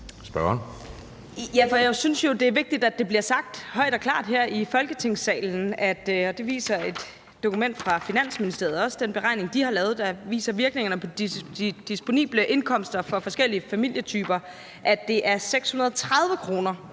jeg synes jo, det er vigtigt, at det bliver sagt højt og klart her i Folketingssalen, og det viser et dokument fra Finansministeriet også. Den beregning, de har lavet, der viser virkningerne på de disponible indkomster for forskellige familietyper, viser, at det er 630 kr.